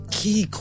key